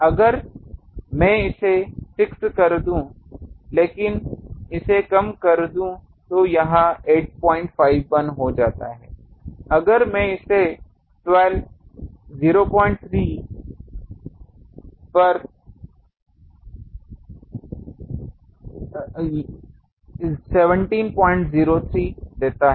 अगर मैं इसे 6 कर दूं लेकिन इसे कम कर दूं तो यह 851 हो जाता है अगर मैं इसे 12 03 पर 1703 देता है